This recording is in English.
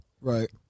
Right